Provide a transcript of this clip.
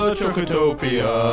Chocotopia